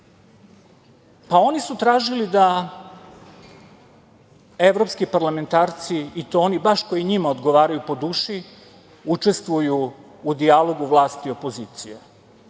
pa oni su tražili da evropski parlamentarci, i to oni baš koji njima odgovaraju po duši, učestvuju u dijalogu vlasti i opozicije.